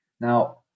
Now